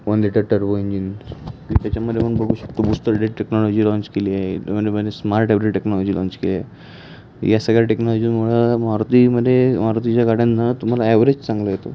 one litre turbo engine की त्याच्यामध्ये प बघू शकतो बूस्टर डेट टेक्नॉलॉजी लाँच केली आहे स्मार्ट हायब्रिड टेक्नॉलॉजी लाँच केले या सगळ्या टेक्नॉलॉजीमुळं मारुतीमध्ये मारुतीच्या गाड्यांना तुम्हाला ॲव्हरेज चांगला येतो